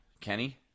Kenny